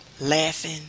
laughing